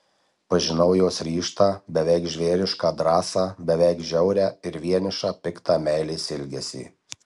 pažinau jos ryžtą beveik žvėrišką drąsą beveik žiaurią ir vienišą piktą meilės ilgesį